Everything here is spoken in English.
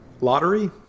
Lottery